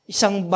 Isang